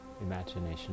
imagination